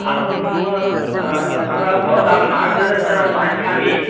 अहं तत्र भवतां मार्गदर्शनं वाञ्छामि